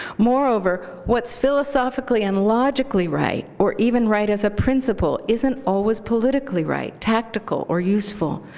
moreover, what's philosophically and logically right, or even right as a principle, isn't always politically right, tactical, or useful.